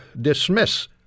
dismiss